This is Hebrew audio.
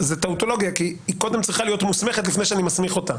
היא קודם צריכה להיות מוסמכת לפני שאני מסמיך אותה.